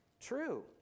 true